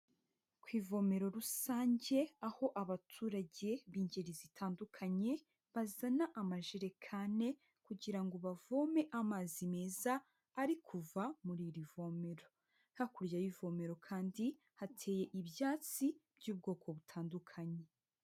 Ku ivomero rusange aho abaturage b'ingeri zitandukanye bazana amajerekane kugira ngo bavome amazi meza ari kuva muri iri vomero. Hakurya y'ivomero kandi hateye ibyatsi by'ubwoko butandukanye.